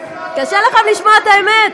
קשה לכם לשמוע את האמת?